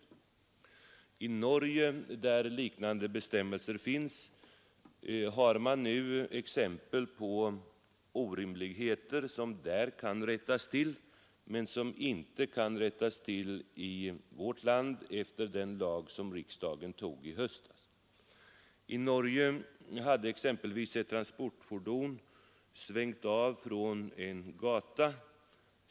I Norge där liknande bestämmelser finns förekommer exempel på orimligheter som där kan rättas till — men som inte skulle kunna rättas till i vårt land enligt den lag som riksdagen antog i höstas. I Norge hade exempelvis ett transportfordon svängt av från en gata till en annan.